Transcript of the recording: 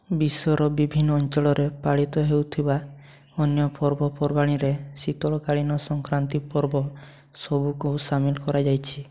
ବିଶ୍ୱର ବିଭିନ୍ନ ଅଞ୍ଚଳରେ ପାଳିତ ହେଉଥିବା ଅନ୍ୟ ପର୍ବପର୍ବାଣୀରେ ଶୀତକାଳୀନ ସଙ୍କ୍ରାନ୍ତି ପର୍ବ ସବୁକୁ ସାମିଲ କରାଯାଇଛି